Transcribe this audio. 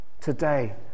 today